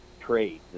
trade